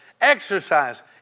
Exercise